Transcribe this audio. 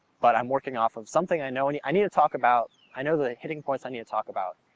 but i'm working off of something i know. and i need to talk about, i know the hitting points i need to talk about.